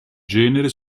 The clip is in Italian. genere